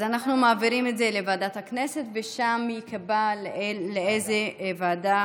אז אנחנו מעבירים את זה לוועדת הכנסת ושם ייקבע לאיזו ועדה